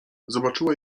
zobaczyła